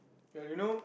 uh you know